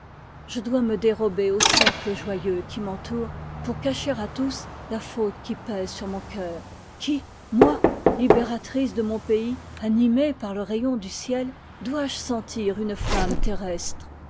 je dois me dérober au cercle joyeux qui m'entoure pour cacher à tous la faute qui pèse sur mon cœur qui moi libératrice de mon pays animée par le rayon du ciel dois-je sentir une flamme ter